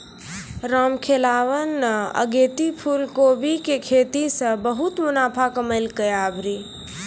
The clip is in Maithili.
रामखेलावन न अगेती फूलकोबी के खेती सॅ बहुत मुनाफा कमैलकै आभरी